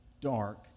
dark